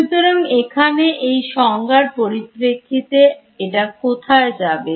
সুতরাং এখানে এই সংজ্ঞার পরিপ্রেক্ষিতে এটা কোথায় যাবে